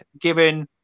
given